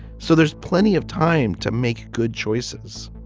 so there's plenty of time to make good choices